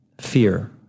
Fear